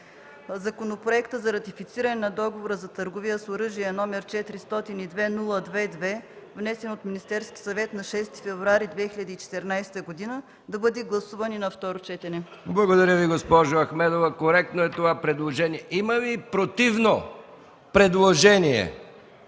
Законопроектът за ратифициране на Договора за търговия с оръжие, № 402-02-2, внесен от Министерския съвет на 6 февруари 2014 г., да бъде гласуван и на второ четене. ПРЕДСЕДАТЕЛ МИХАИЛ МИКОВ: Благодаря Ви, госпожо Ахмедова. Коректно е това предложение. Има ли противно предложение?